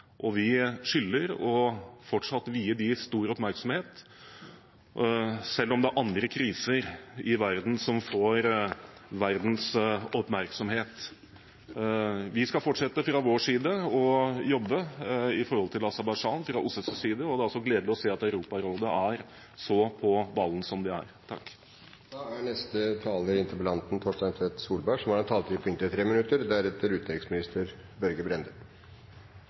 og vi skylder å fortsatt vie dem stor oppmerksomhet – selv om det er andre kriser i verden som får verdens oppmerksomhet. Vi skal fra vår og fra OSSEs side fortsette å jobbe med forholdene i Aserbajdsjan. Det er også gledelig å se at Europarådet er så på ballen som de er. Først av alt vil jeg takke dem som har deltatt i debatten. Alle innleggene som har